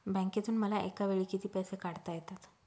बँकेतून मला एकावेळी किती पैसे काढता येतात?